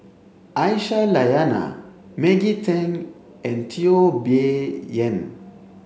Aisyah Lyana Maggie Teng and Teo Bee Yen